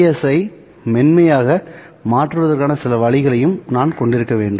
எஸ்ஸை மென்மையாக மாற்றுவதற்கான சில வழிகளையும் நான் கொண்டிருக்க வேண்டும்